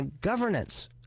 governance